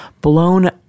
blown